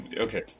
okay